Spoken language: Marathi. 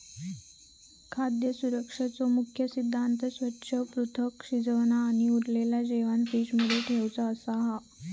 खाद्य सुरक्षेचो मुख्य सिद्धांत स्वच्छ, पृथक, शिजवना आणि उरलेला जेवाण फ्रिज मध्ये ठेउचा असो हा